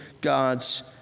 God's